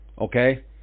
Okay